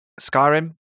Skyrim